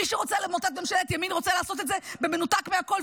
מי שרוצה למוטט ממשלת ימין רוצה לעשות את זה במנותק מהכול,